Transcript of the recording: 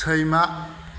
सैमा